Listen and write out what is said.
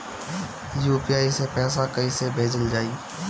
UPI से पैसा कइसे भेजल जाई?